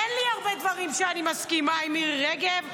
אין לי הרבה דברים שאני מסכימה עם מירי רגב,